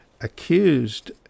accused